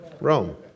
Rome